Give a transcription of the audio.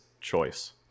choice